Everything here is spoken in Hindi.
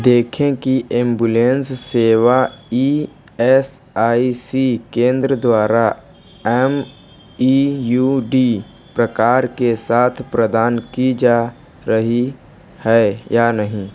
देखें कि एंबुलेंस सेवा ई एस आई सी केंद्र द्वारा एम ई यू डी प्रकार के साथ प्रदान की जा रही है या नहीं